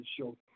show